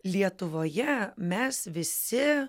lietuvoje mes visi